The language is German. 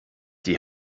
die